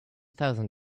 thousand